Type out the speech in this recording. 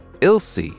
Ilse